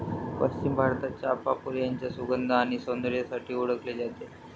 पश्चिम भारतात, चाफ़ा फूल त्याच्या सुगंध आणि सौंदर्यासाठी ओळखले जाते